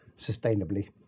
sustainably